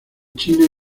china